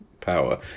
power